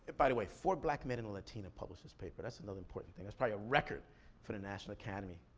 but by the way, four black men and a latina published this paper. that's another important thing, that's probably a record for the national academy.